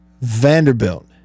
Vanderbilt